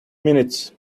minutes